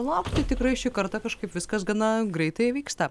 laukti tikrai šį kartą kažkaip viskas gana greitai vyksta